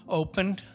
opened